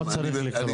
מה צריך לקרות?